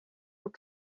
were